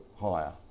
higher